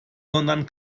sondern